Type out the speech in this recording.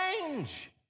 change